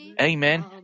Amen